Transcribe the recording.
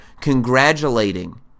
congratulating